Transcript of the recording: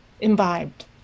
imbibed